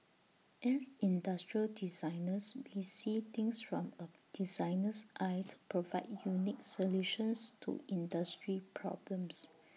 as industrial designers we see things from A designer's eye to provide unique solutions to industry problems